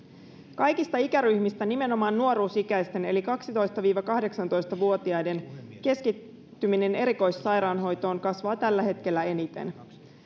kaikista ikäryhmistä nimenomaan nuoruusikäisten eli kaksitoista viiva kahdeksantoista vuotiaiden keskittyminen erikoissairaanhoitoon kasvaa tällä hetkellä eniten